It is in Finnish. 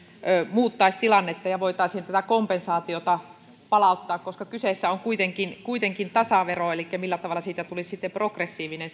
muuttaisi tilannetta ja voitaisiin tätä kompensaatiota palauttaa koska kyseessä on kuitenkin kuitenkin tasavero elikkä millä tavalla siitä palautuksesta tulisi sitten progressiivinen